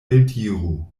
eldiru